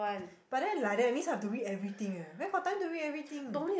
but then like that means have to read everything eh where got time to read everything